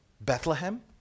Bethlehem